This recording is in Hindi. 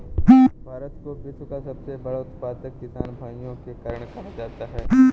भारत को विश्व का सबसे बड़ा उत्पादक किसान भाइयों के कारण कहा जाता है